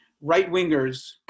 right-wingers